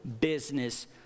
business